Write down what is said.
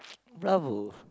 bravo